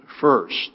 first